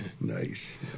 nice